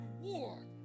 war